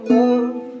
love